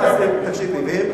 תקשיב לי.